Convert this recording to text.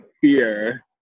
fear